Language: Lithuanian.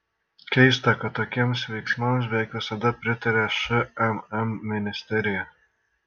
keista kad tokiems veiksmams beveik visada pritaria šmm ministerija